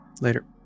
Later